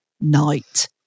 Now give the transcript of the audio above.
night